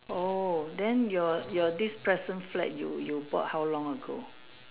oh then your your this present flat you you bought how long ago